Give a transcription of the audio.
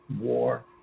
war